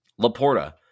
Laporta